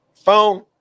Phone